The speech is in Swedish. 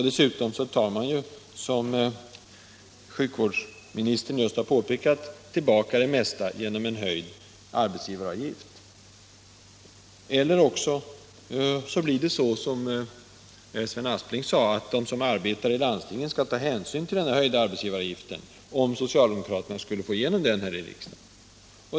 Dessutom tar man ju, som sjukvårdsministern just har påpekat, tillbaka det mesta genom en höjning av arbetsgivaravgiften. Eller också blir det så, som Sven Aspling sade, att de som arbetar i landstingen får ta hänsyn till höjningen av arbetsgivaravgiften, om socialdemokraterna skulle få igenom sitt förslag här i riksdagen.